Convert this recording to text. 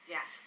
Yes